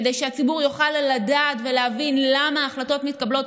כדי שהציבור יוכל לדעת ולהבין למה החלטות מתקבלות